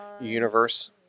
universe